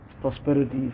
prosperity